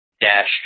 dash